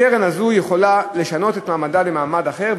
קרן כזאת יכולה לשנות את מעמדה למעמד אחר,